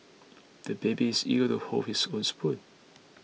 the baby is eager to hold his own spoon